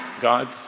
God